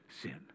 sin